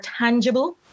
tangible